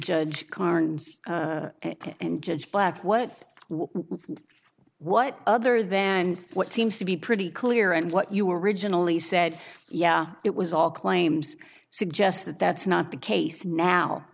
judge carnes and judge black what will what other than what seems to be pretty clear and what you originally said yeah it was all claims suggest that that's not the case now